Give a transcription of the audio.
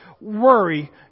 worry